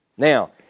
Now